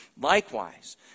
Likewise